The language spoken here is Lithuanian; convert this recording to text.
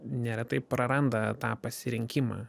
neretai praranda tą pasirinkimą